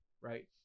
Right